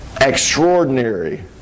extraordinary